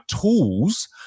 tools